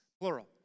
Plural